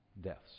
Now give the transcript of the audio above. deaths